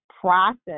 process